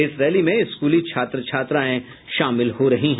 इस रैली में स्कूली छात्र छात्राएँ शामिल हो रहे हैं